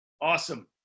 Awesome